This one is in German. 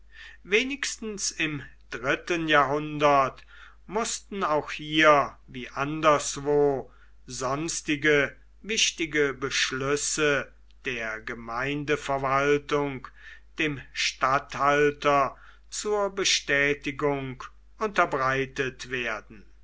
wenigstens im dritten jahrhundert mußten auch hier wie anderswo sonstige wichtige beschlüsse der gemeindeverwaltung dem statthalter zur bestätigung unterbreitet werden